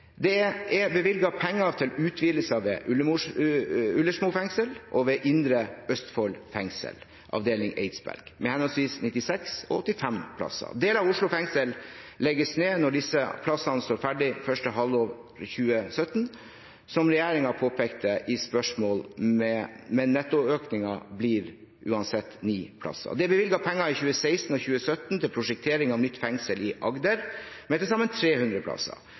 Det er bevilget penger til utvidelser ved Ullersmo fengsel og ved Indre Østfold fengsel, avdeling Eidsberg, med henholdsvis 96 og 85 plasser. Deler av Oslo fengsel legges ned når disse plassene står ferdig første halvår 2017, som regjeringen påpekte i et spørsmål, men nettoøkningen blir uansett ni plasser. Det er bevilget penger i 2016 og 2017 til prosjektering av nytt fengsel i Agder med til sammen 300 plasser.